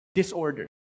disorder